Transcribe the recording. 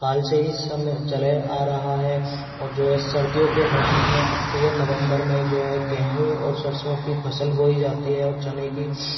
काल के समय से ही चला आ रहा है ओर जो है सर्दियों के मौसम में ऑक्टोबर नवंबर में जो है गेंहू और सरसों की फसल बोई जाती है और चने की